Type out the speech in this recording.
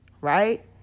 right